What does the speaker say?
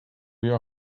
your